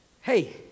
Hey